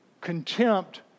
Contempt